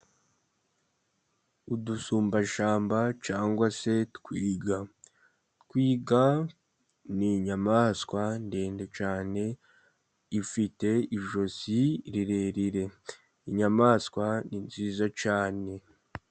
Udusumbashyamba cyangwa se Twiga, Twiga ni inyamaswa ndende cyane, ifite ijosi rirerire, inyamaswa ni nziza cyane.